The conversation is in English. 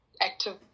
active